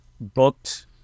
booked